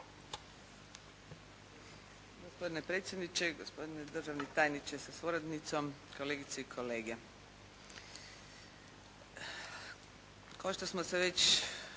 Gospodine predsjedniče, gospodine državni tajniče sa suradnicom, kolegice i kolege. Kao što smo se već